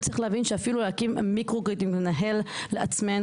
וצריך להבין שאפילו להקים מיקרוגרידים ולנהל לעצמנו